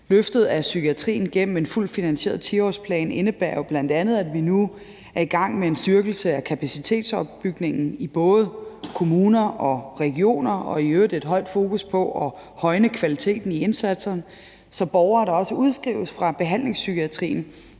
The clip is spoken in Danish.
Løftet af psykiatrien gennem en fuldt finansieret 10-årsplan indebærer jo bl.a., at vi nu er i gang med en styrkelse af kapacitetsopbygningen i både kommuner og regioner; at der i øvrigt er et skarpt fokus på at højne kvaliteten i indsatserne, så borgere, der udskrives fra behandlingspsykiatrien,